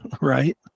right